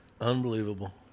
Unbelievable